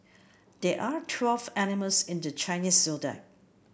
there are twelve animals in the Chinese Zodiac